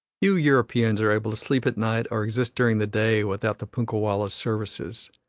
few europeans are able to sleep at night or exist during the day without the punkah-wallah's services,